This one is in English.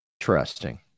Interesting